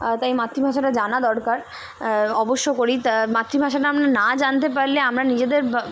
তাই মাতৃভাষাটা জানা দরকার অবশ্য করি তা মাতৃভাষাটা আমরা না জানতে পারলে আমরা নিজেদের